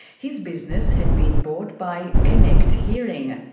his business had been bought by connect hearing,